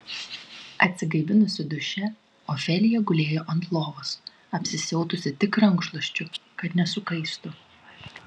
atsigaivinusi duše ofelija gulėjo ant lovos apsisiautusi tik rankšluosčiu kad nesukaistų